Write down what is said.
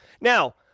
Now